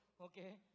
Okay